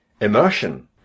Immersion